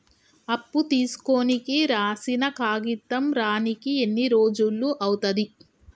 అప్పు తీసుకోనికి రాసిన కాగితం రానీకి ఎన్ని రోజులు అవుతది?